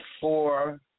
four